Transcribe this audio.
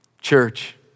Church